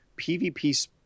PvP